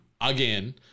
again